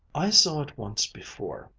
i saw it once before,